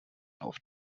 auf